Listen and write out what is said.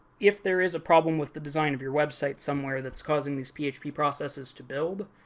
if there is a problem with the design of your website somewhere that's causing these php processes to build,